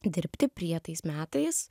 dirbti prie tais metais